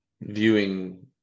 viewing